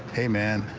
hey man,